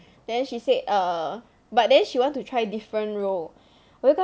then she said err but then she want to try different role